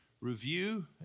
review